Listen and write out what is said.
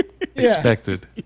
expected